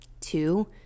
Two